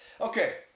Okay